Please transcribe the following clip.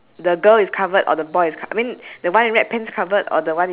ya that one the that's another leg ah so we have three legs in total ya